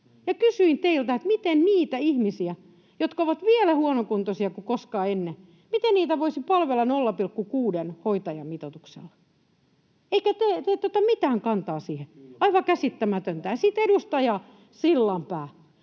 Kysyin teiltä, miten niitä ihmisiä, jotka ovat vielä huonokuntoisempia kuin koskaan ennen, voisi palvella 0,6:n hoitajamitoituksella. Te ette ota mitään kantaa siihen, aivan käsittämätöntä. Sitten edustaja Sillanpää: